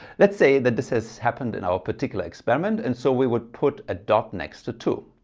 let's say that this has happened in our particular experiment and so we would put a dot next to two.